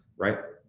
right?